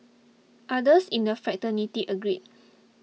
others in the fraternity agreed